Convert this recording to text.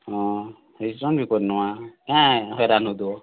ହଁ ରିଟର୍ଣ୍ଣ ବି କରିନେମା କାଏଁ ହଇରାନ୍ ହେଉଥିବ